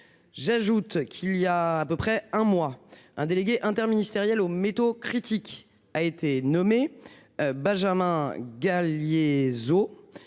J'ajoute qu'il y a à peu près un mois, un délégué interministériel aux métaux critiques, a été nommé. Benjamin Galles